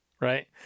right